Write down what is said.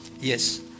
Yes